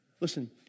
Listen